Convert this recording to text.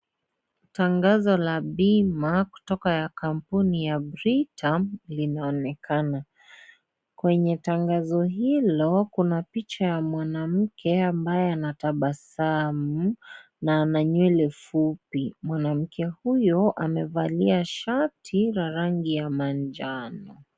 Tangazo la bima kutoka kampuni ya Britam linaonekana. Kwenye tangazo hilo kuna picha ya mwanamke ambaye anatabasamu na ana nywele fupi. Mwanamke huyu amevalia shati la rangi ya manjano.